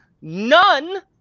none